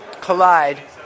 collide